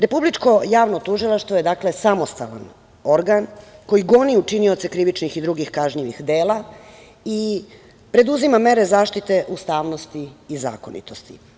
Republičko javno tužilaštvo je samostalan organ koji goni učinioce krivičnih i drugih kažnjivih dela i preduzima mere zaštite ustavnosti i zakonitosti.